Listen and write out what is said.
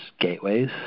gateways